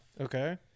Okay